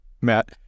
Matt